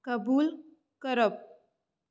कबूल करप